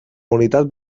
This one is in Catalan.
unitat